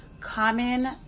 common